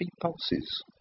pulses